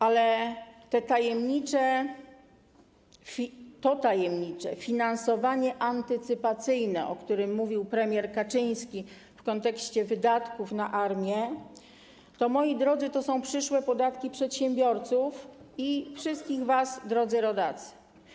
Ale to tajemnicze finansowanie antycypacyjne, o którym mówił premier Kaczyński w kontekście wydatków na armię, to są, moi drodzy, przyszłe podatki przedsiębiorców i wszystkich was, drodzy rodacy.